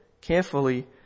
carefully